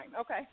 Okay